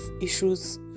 issues